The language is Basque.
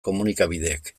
komunikabideek